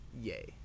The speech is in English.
Yay